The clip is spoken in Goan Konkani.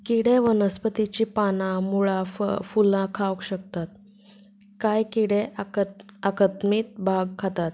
किडे वनस्पतीची पानां मुळां फुलां खावंक शकतात कांय किडे आकत्मी आकत्मीक भाग खातात